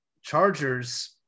Chargers